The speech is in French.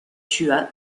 tua